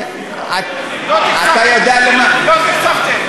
לא תקצבתם.